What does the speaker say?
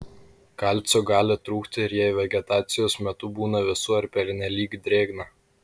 kalcio gali trūkti ir jei vegetacijos metu būna vėsu ar pernelyg drėgna